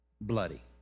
bloody